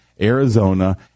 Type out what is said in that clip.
Arizona